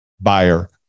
buyer